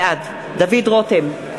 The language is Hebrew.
בעד דוד רותם,